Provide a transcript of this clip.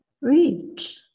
reach